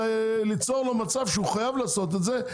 ליצור לו מצב שהוא חייב לעשות את זה,